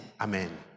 Amen